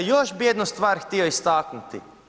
A još bi jednu stvar htio istaknuti.